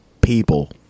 People